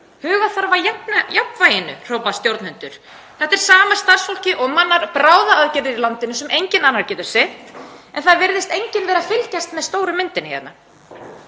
Huga þarf að jafnvæginu, hrópa stjórnendur. Þetta er sama starfsfólkið og mannar bráðaaðgerðir í landinu sem enginn annar getur sinnt. En það virðist enginn vera að fylgjast með stóru myndinni.